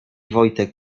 wojtek